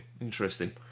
interesting